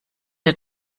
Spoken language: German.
der